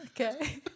Okay